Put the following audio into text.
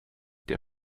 der